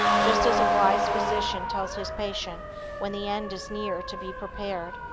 just as a wise physician tells his patient when the end is near to be prepared.